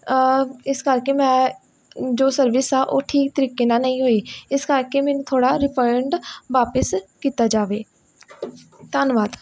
ਇਸ ਕਰਕੇ ਮੈਂ ਜੋ ਸਰਵਿਸ ਆ ਉਹ ਠੀਕ ਤਰੀਕੇ ਨਾਲ ਨਹੀਂ ਹੋਈ ਇਸ ਕਰਕੇ ਮੈਨੂੰ ਥੋੜ੍ਹਾ ਰਿਫੰਡ ਵਾਪਿਸ ਕੀਤਾ ਜਾਵੇ ਧੰਨਵਾਦ